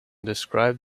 described